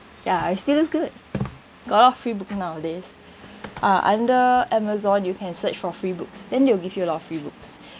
ya it still looks good got a lot of free book nowadays ah under Amazon you can search for free books then they will give you a lot of free books